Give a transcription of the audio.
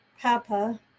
Papa